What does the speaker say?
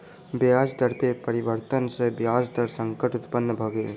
ब्याज दर में परिवर्तन सॅ ब्याज दर संकट उत्पन्न भ गेल